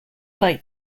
like